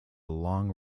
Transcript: long